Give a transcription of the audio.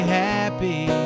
happy